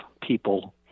people